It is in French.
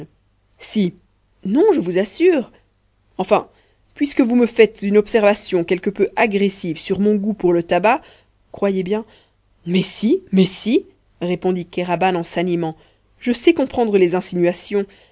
si non je vous assure enfin puisque vous me faites une observation quelque peu aggressive sur mon goût pour le tabac croyez bien mais si mais si répondit kéraban en s'animant je sais comprendre les insinuations